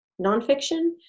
nonfiction